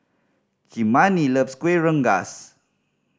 Kymani loves Kuih Rengas